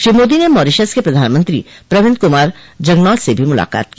श्री मोदी ने मॉरीशस के प्रधानमंत्री प्रविन्द कुमार जगनॉथ से भी मुलाकात की